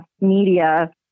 media